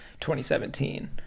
2017